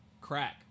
crack